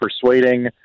persuading